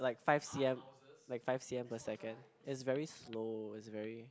like five C_M like five C_M per second it's very slow it's very